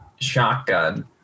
shotgun